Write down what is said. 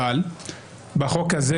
אבל בחוק הזה